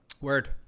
Word